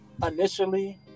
Initially